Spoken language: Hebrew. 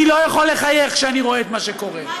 אני לא יכול לחייך כשאני רואה את מה שקורה.